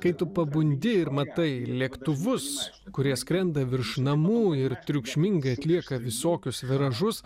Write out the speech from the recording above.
kai tu pabundi ir matai lėktuvus kurie skrenda virš namų ir triukšmingai atlieka visokius viražus